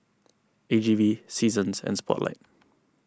A G V Seasons and Spotlight